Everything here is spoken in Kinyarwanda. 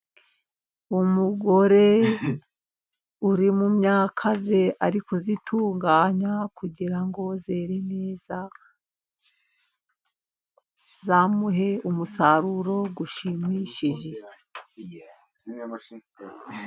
Umugore uri mu myaka ye, ari kuyitunganya kugira ngo yere neza, izamuhe umusaruro ushimishije.